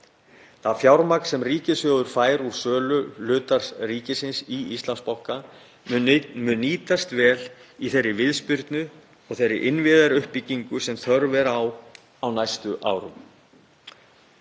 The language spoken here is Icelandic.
Það fjármagn sem ríkissjóður fær úr sölu hlutar ríkisins í Íslandsbanka mun nýtast vel í þeirri viðspyrnu og þeirri innviðauppbyggingu sem þörf er á á næstu árum.